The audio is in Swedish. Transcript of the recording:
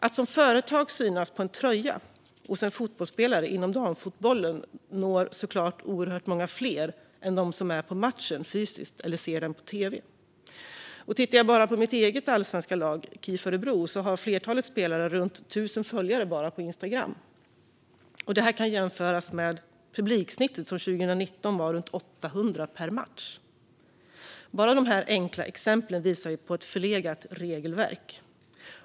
När ett företag syns på en tröja på en fotbollsspelare inom damfotbollen når det såklart oerhört många fler än enbart de som är på matchen fysiskt eller ser den på tv. Jag kan till exempel titta på det allsvenska lag jag själv stöder, KIF Örebro, där flertalet spelare har runt tusen följare bara på Instagram. Detta kan jämföras med publiksnittet, som 2019 var runt 800 per match. Bara dessa enkla exempel visar att regelverket är förlegat.